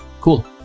cool